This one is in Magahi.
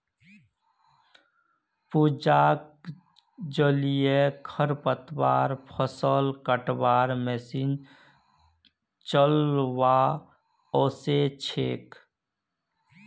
पूजाक जलीय खरपतवार फ़सल कटवार मशीन चलव्वा ओस छेक